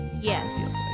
Yes